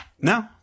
No